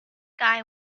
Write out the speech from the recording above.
guy